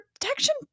protection